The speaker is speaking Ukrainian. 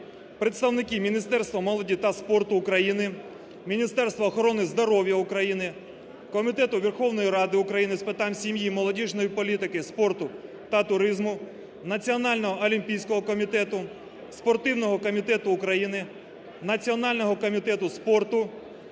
представники Міністерства молоді та спорту України, Міністерства охорони здоров'я України, Комітету Верховної Ради України з питань сім'ї, молодіжної політики, спорту та туризму, Національного олімпійського комітету, Спортивного комітету України, Національного комітету спорту